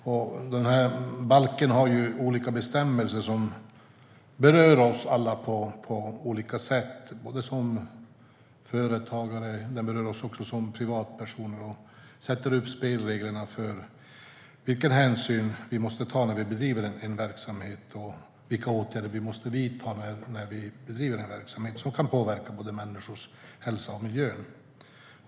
Miljöbalken har olika bestämmelser som berör oss alla på olika sätt, både som företagare och privatpersoner. Den sätter spelreglerna för vilken hänsyn vi måste ta när vi bedriver verksamhet och vilka åtgärder vi måste vidta när vi bedriver verksamhet som kan påverka både människors hälsa och miljön.